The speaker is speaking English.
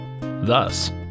Thus